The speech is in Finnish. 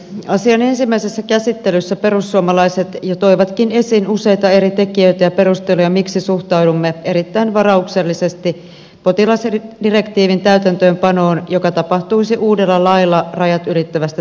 asian ensimmäisessä käsittelyssä perussuomalaiset jo toivatkin esiin useita eri tekijöitä ja perusteluja miksi suhtaudumme erittäin varauksellisesti potilasdirektiivin täytäntöönpanoon joka tapahtuisi uudella lailla rajat ylittävästä terveydenhuollosta